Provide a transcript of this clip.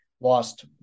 lost